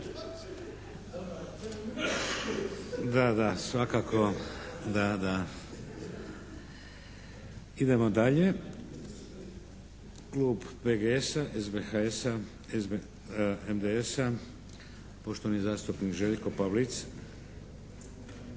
Da, da, svakako. Idemo dalje. Klub PGS-a, SBHS-a, MDS-a poštovani zastupnik Željko Pavlic.